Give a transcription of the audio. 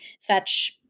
fetch